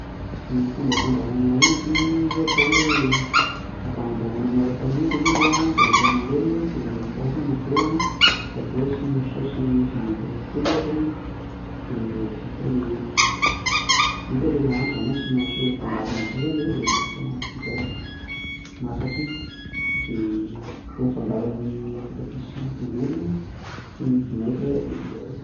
Ny fomba fandrahoana ovy ohatra hoe andrahoana miaraka amin'ny hodiny izy a de refa malemy ve voasana aveo de aveo asinao saosy vinegrety ohatra de vita le vita le nandro, zany hoe asinao fangarony amzay zany le ovy refa vita masaka iny de atao mifangaro amin'ny voatabia sy tongolo sy ny vinegra de ao.